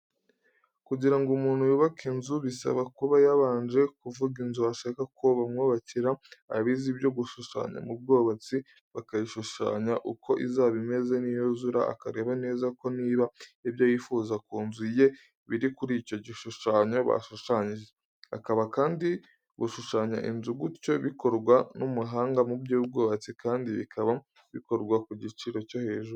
Kugira ngo umuntu yubake inzu bisaba kuba yabanje kuvuga inzu ashaka ko bamwubakira abize ibyo gushushanya mu bwubatsi, bakayishushanya uko izaba imeze niyuzura, akareba neza koko niba ibyo yifuza ku nzu ye biri kuri icyo gishushanyo bashushanyije. Akaba kandi gushushanya inzu gutyo bikorwa n'umuhanga mu by'ubwubatsi kandi bikaba bikorwa ku giciro cyo hejuru.